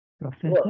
Professor